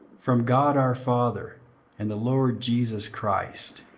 from god our father and the lord jesus christ.